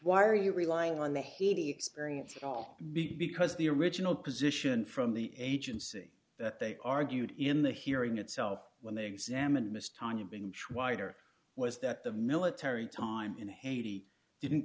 are you relying on the haiti experience at all b because the original position from the agency that they argued in the hearing itself when they examined miss tanya being schweiger was that the military time in haiti didn't